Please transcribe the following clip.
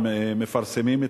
הם מפרסמים,